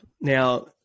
Now